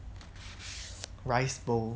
rice bowl